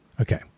Okay